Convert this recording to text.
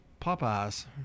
Popeye's